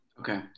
okay